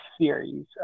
series